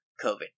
COVID